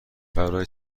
برای